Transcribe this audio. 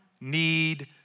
need